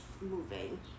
moving